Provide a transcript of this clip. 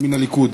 מן הליכוד.